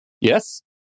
Yes